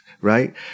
right